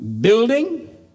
Building